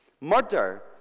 murder